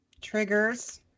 Triggers